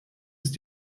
ist